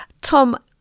Tom